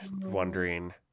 Wondering